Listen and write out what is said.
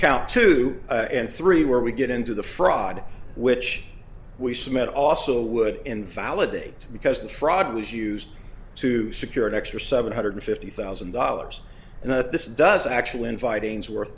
count two and three where we get into the fraud which we submit also would invalidate because the fraud was used to secure an extra seven hundred fifty thousand dollars and that this does actually inviting is worth